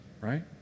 right